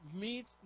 meet